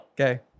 Okay